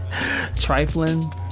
Trifling